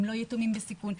הם לא יתומים בסיכון,